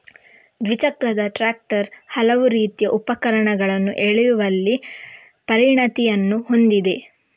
ದ್ವಿಚಕ್ರದ ಟ್ರಾಕ್ಟರ್ ಹಲವಾರು ರೀತಿಯ ಉಪಕರಣಗಳನ್ನು ಎಳೆಯುವಲ್ಲಿ ಪರಿಣತಿಯನ್ನು ಹೊಂದಿದೆ